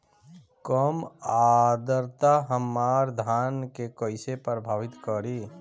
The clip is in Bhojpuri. कम आद्रता हमार धान के कइसे प्रभावित करी?